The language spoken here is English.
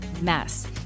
mess